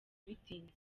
bitinze